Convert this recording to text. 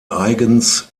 eigens